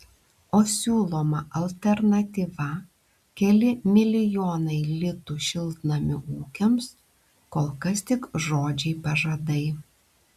o siūloma alternatyva keli milijonai litų šiltnamių ūkiams kol kas tik žodžiai pažadai